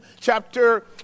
chapter